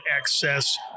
excess